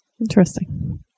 Interesting